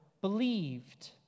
believed